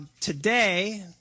today